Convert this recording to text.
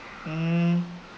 mm